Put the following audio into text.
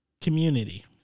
Community